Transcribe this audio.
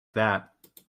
that